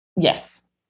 yes